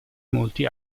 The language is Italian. molti